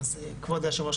אז כבוד היו"ר,